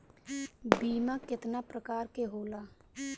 बीमा केतना प्रकार के होला?